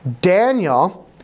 Daniel